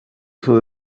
eso